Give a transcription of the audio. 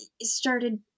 started